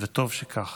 וטוב שכך.